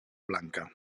blanca